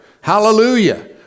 Hallelujah